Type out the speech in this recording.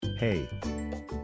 Hey